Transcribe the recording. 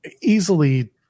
easily